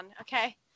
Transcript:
okay